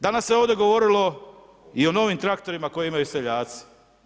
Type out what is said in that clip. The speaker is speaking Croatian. Danas se je ovdje govorilo i o novim traktorima, koje imaju seljaci.